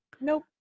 nope